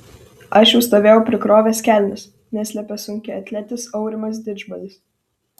aš jau stovėjau prikrovęs kelnes neslepia sunkiaatletis aurimas didžbalis